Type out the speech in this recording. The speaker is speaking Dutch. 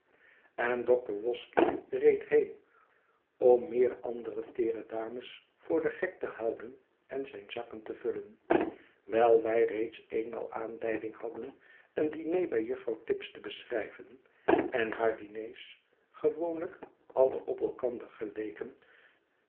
en dokter wosky reed heen om meer andere teere dames voor den gek te houden en zijne zakken te vullen wijl wij reeds eenmaal aanleiding hadden een diner by juffrouw tibbs te beschrijven en haar diners gewoonlijk alle op elkander geleken